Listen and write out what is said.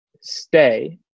Stay